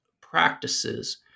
practices